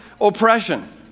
oppression